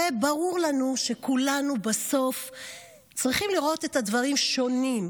הרי ברור לנו שכולנו בסוף צריכים לראות את הדברים באופן שונה.